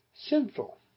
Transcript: sinful